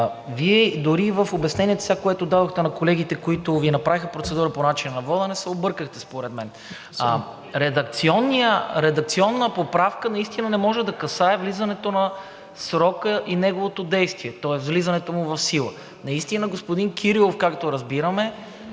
Вие дори и в обяснението сега, което дадохте на колегите, които Ви направиха процедура по начина на водене, се объркахте според мен. Редакционна поправка наистина не може да касае влизането на срока и неговото действие, тоест влизането му в сила. Наистина, господин Кирилов, както разбираме,